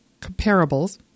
comparables